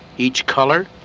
each color,